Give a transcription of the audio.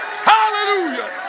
hallelujah